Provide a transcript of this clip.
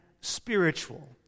spiritual